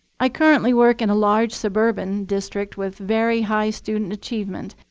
i currently work in a large suburban district with very high student achievement,